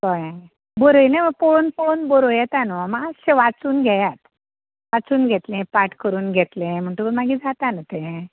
कळ्ळें बरयलें पळोवन पळोवन बरोवं येता न्हय मातशें वाचून घेयात वाचून घेतलें पाठ करून घेतलें म्हणटकच मागीर जाता न्हय तें